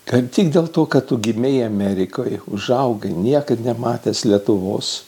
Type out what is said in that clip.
kad tik dėl to kad tu gimei amerikoje užaugai niekad nematęs lietuvos